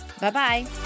Bye-bye